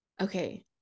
okay